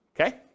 okay